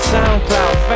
SoundCloud